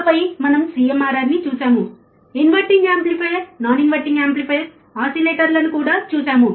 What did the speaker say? ఆపై మనం CMRR ని చూశాము inverting amplifier non inverting amplifier ఓసిలేటర్లను కూడా చూశాము